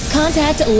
contact